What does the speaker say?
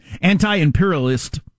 Anti-imperialist